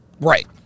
right